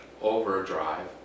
overdrive